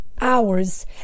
hours